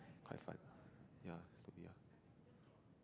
quite fun ya stupid ya